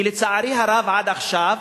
כי לצערי הרב, עד עכשיו,